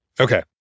okay